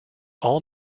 all